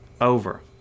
over